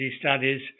studies